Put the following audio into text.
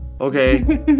okay